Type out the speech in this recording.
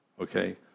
Okay